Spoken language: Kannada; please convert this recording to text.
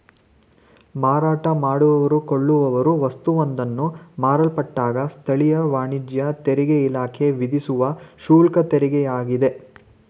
ಮಾರಾಟ ಮಾಡುವವ್ರು ಕೊಳ್ಳುವವ್ರು ವಸ್ತುವೊಂದನ್ನ ಮಾರಲ್ಪಟ್ಟಾಗ ಸ್ಥಳೀಯ ವಾಣಿಜ್ಯ ತೆರಿಗೆಇಲಾಖೆ ವಿಧಿಸುವ ಶುಲ್ಕತೆರಿಗೆಯಾಗಿದೆ